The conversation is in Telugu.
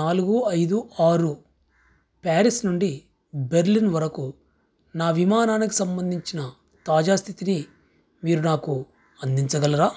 నాలుగు ఐదు ఆరు ప్యారిస్ నుండి బెర్లిన్ వరకు నా విమానానికి సంబంధించిన తాజా స్థితిని మీరు నాకు అందించగలరా